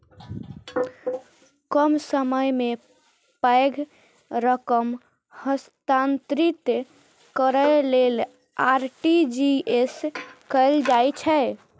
कम समय मे पैघ रकम हस्तांतरित करै लेल आर.टी.जी.एस कैल जाइ छै